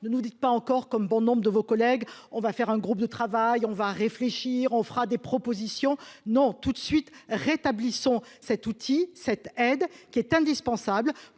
ne nous dites pas encore comme bon nombre de vos collègues, on va faire un groupe de travail, on va réfléchir, on fera des propositions non tout de suite, rétablissons cet outil cette aide qui est indispensable